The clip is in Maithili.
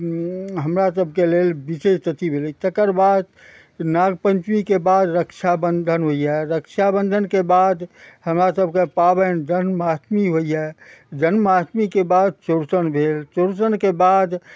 हमरा सबके लेल विशेष अथी भेलय तकर बाद नाग पञ्चमीके बाद रक्षाबन्धन होइए रक्षाबन्धनके बाद हमरा सबके पाबनि जन्माष्टमी होइए जन्माष्टमीके बाद चौरचन भेल चौरचनके बाद